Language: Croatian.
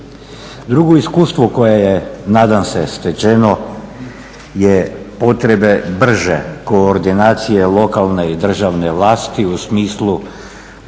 Drugo iskustvo koje je nadam se stečeno je potrebe brže koordinacije lokalne i državne vlasti u smislu